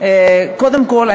קודם כול,